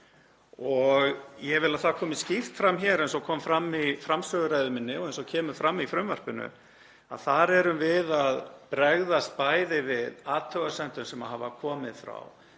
Ég vil að það komi skýrt fram hér, eins og kom fram í framsöguræðu minni, og eins og kemur fram í frumvarpinu, að þar erum við að bregðast bæði við athugasemdum sem hafa komið frá